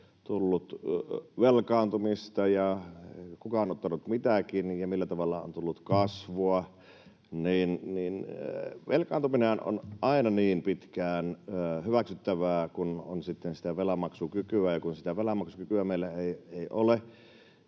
tullut velkaantumista ja kuka on ottanut mitäkin ja millä tavalla on tullut kasvua. Velkaantuminenhan on aina niin pitkään hyväksyttävää, kun on velanmaksukykyä, ja sitä velanmaksukykyä